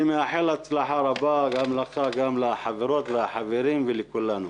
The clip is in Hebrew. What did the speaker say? אני מאחל הצלחה רבה גם לך גם לחברות ולחברים ולכולנו.